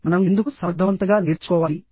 మనం ఎందుకు సమర్థవంతంగా నేర్చుకోవాలి